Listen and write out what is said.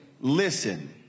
listen